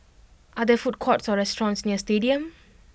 are there food courts or restaurants near Stadium